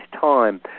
time